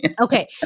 Okay